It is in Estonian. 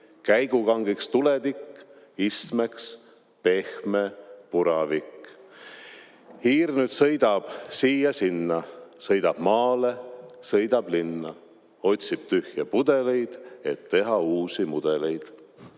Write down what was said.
käigukangiks tuletikk, istmeks pehme puravik. Hiir nüüd sõidab siia-sinna, sõidab maale, sõidab linna, otsib tühje pudeleid, et teha uusi mudeleid.